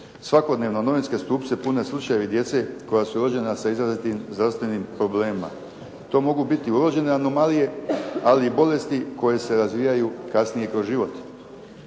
Svakodnevno novinski stupci puni slučajevi djece koja su rođena sa izrazitim zdravstvenim problemima. To mogu biti urođene anomalije, ali i bolesti koje se razvijaju kasnije kroz život.